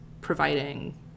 providing